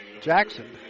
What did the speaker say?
Jackson